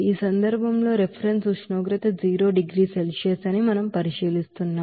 ఈ సందర్భంలో రిఫరెన్స్ ఉష్ణోగ్రత జీరో డిగ్రీ సెల్సియస్ అని మనం పరిశీలిస్తున్నాం